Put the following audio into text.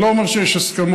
זה לא אומר שיש הסכמות,